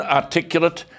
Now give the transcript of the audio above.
articulate